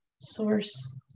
source